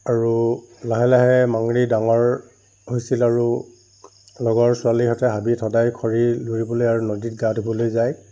আৰু লাহে লাহে মাংৰি ডাঙৰ হৈছিল আৰু লগৰ ছোৱালিহঁতে হাবিত সদায় খৰি লুৰিবলৈ আৰু নদীত গা ধুবলৈ যায়